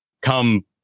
come